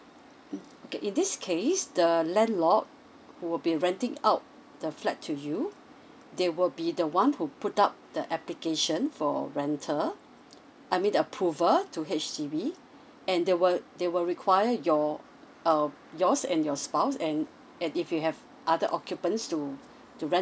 mm okay in this case the landlord who will be renting out the flat to you they will be the one who put up the application for rental I mean the approval to H_D_B and they will they will require your uh yours and your spouse and and if you have other occupants to to rent